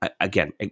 Again